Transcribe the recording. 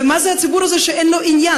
ומה זה הציבור הזה, שאין לו עניין?